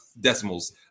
decimals